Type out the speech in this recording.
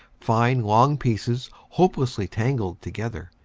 fine long pieces hopelessly tangled together,